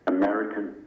American